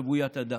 רווית הדם?